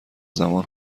زمان